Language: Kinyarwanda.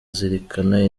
zirikana